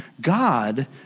God